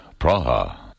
Praha